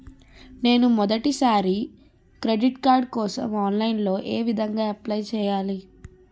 నేను మొదటిసారి credit card కోసం ఆన్లైన్ లో ఏ విధంగా అప్లై చేయాలి?